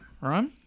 right